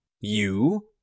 You